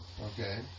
Okay